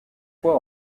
fois